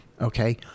Okay